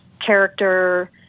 character